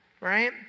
right